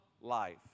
life